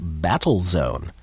Battlezone